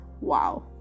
wow